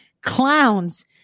clowns